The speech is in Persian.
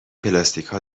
پلاستیکها